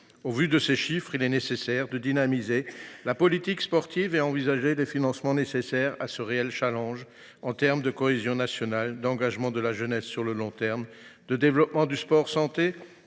Au regard de ces chiffres, il importe de dynamiser la politique sportive et d’envisager les financements nécessaires à cet enjeu déterminant pour la cohésion nationale, l’engagement de la jeunesse sur le long terme, le développement du sport santé